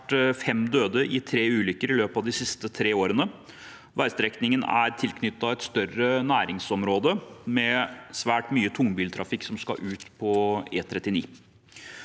har vært fem døde i tre ulykker i løpet av de tre siste årene. Veistrekningen er tilknyttet et større næringsområde med svært mye tungbiltrafikk som skal ut på E39.